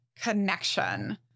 connection